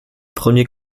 premiers